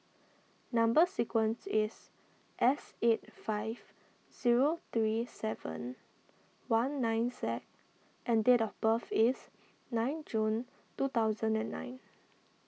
Number Sequence is S eight five zero three seven one nine Z and date of birth is nine June two thousand and nine